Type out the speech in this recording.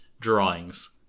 drawings